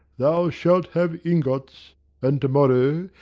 thou shalt have ingots and to-morrow,